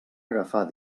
agafar